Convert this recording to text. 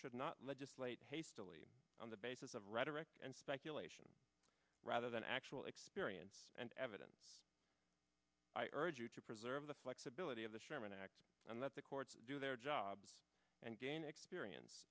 should not legislate hastily on the basis of rhetoric and speculation rather than actual experience and evidence i urge you to preserve the flexibility of the sherman act and let the courts do their job and gain experience